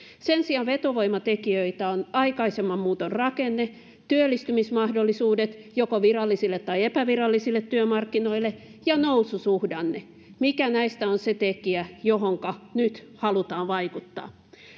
sen sijaan vetovoimatekijöitä ovat aikaisemman muuton rakenne työllistymismahdollisuudet joko virallisille tai epävirallisille työmarkkinoille ja noususuhdanne mikä näistä on se tekijä johonka nyt halutaan vaikuttaa